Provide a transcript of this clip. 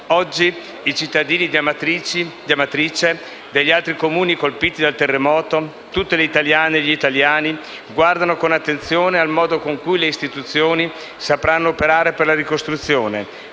Oggi i cittadini di Amatrice e degli altri Comuni colpiti dal terremoto, tutte le italiane e gli italiani guardano con attenzione al modo con cui le istituzioni sapranno operare per la ricostruzione,